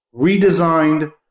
redesigned